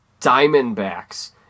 Diamondbacks